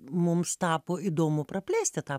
mums tapo įdomu praplėsti tą